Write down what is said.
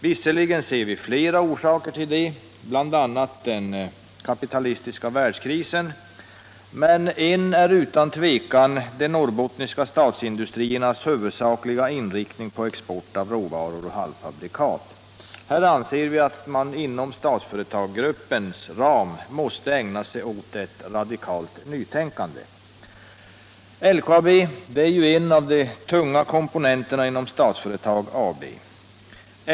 Visserligen ser vi flera orsaker till detta, bl.a. den kapitalistiska världskrisen, men en orsak är utan tvivel de norrbottniska statsindustriernas huvudsakliga inriktning på export av råvaror och halvfabrikat. Här anser vi att man inom statsföretagsgruppens ram måste ägna sig åt ett radikalt nytänkande. LKAB är en av de tunga komponenterna inom Statsföretag AB.